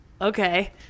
Okay